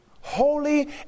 Holy